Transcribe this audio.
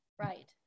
right